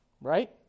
Right